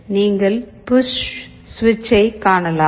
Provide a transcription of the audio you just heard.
நீங்கள் புஷ் சுவிட்சைக் காணலாம்